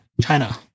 China